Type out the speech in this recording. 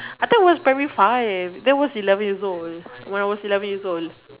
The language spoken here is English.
I thought it was primary five then was eleven years old when I was eleven years old